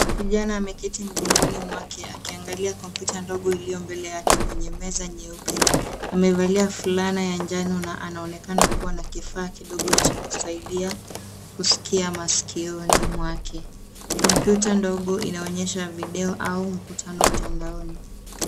Kijana ameketi mgongoni mwake akiangalia kompyuta ndogo iliyo mbele yake kwenye meza nyeupe. Amevalia fulana ya njano na anaonekana kuwa na kifaa kidogo cha kusaidia kusikia masikioni mwake. Kompyuta ndogo inaonyesha video au mkutano mtandaoni.